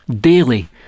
Daily